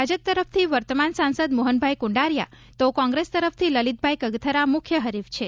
ભાજપ તરફથી વર્તમાન સાંસદ મોહનભાઇ કુંડારીયા તો કોંગ્રેસ તરફથી લલિતભાઇ કગથરા મુખ્ય હરીફ છે